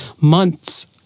months